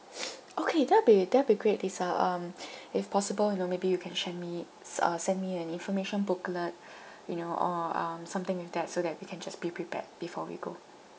okay that will be that will be great lisa um if possible you know maybe you can send me s~ uh send me an information booklet you know or um something with that so that we can just be prepared before we go